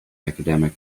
academic